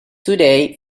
today